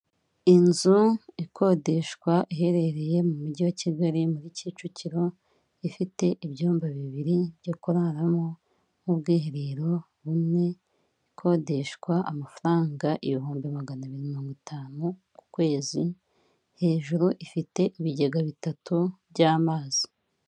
Inzu ikodeshwa iherereye mu Mujyi wa Kigali muri Kicukiro, ifite ibyumba bibiri byo kuraramo n'ubwiherero bumwe, ikodeshwa amafaranga ibihumbi magana abiri na mirongo itanu ku kwezi, hejuru ifite ibigega bitatu by'amazi.